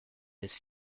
his